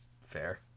fair